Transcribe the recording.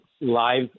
live